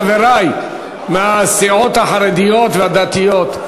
חברי מהסיעות החרדיות והדתיות,